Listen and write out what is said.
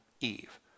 Eve